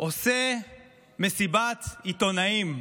עושה מסיבת עיתונאים.